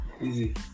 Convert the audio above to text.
Easy